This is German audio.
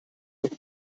auch